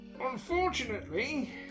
Unfortunately